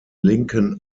linken